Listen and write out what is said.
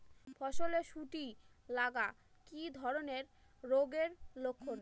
ফসলে শুটি লাগা কি ধরনের রোগের লক্ষণ?